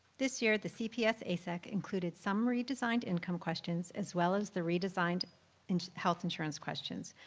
this year, the cps asec included summary designed income questions as well as the redesigned and health insurance questions.